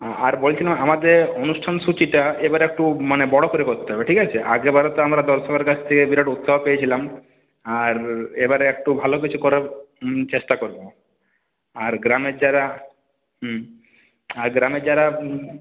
আ আর বলছিলাম আমাদের অনুষ্ঠানসূ্চিটা এবারে একটু মানে বড় করে করতে হবে ঠিক আছে আগেরবারে তো আমরা দর্শকের কাছ থেকে বিরাট উৎসাহ পেয়েছিলাম আর এবারে একটু ভালো কিছু করার চেষ্টা করবো আর গ্রামের যারা আর গ্রামের যারা